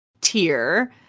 tier